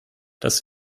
das